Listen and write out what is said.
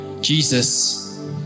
Jesus